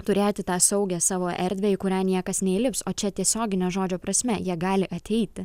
turėti tą saugią savo erdvę į kurią niekas neįlips o čia tiesiogine žodžio prasme jie gali ateiti